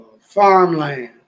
Farmland